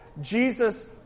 Jesus